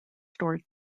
stored